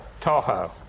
Tahoe